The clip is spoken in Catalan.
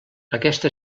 aquesta